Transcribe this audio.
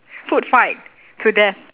food fight to death